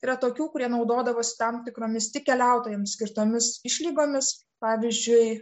yra tokių kurie naudodavosi tam tikromis tik keliautojams skirtomis išlygomis pavyzdžiui